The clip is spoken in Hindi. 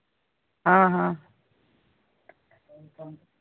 हाँ हाँ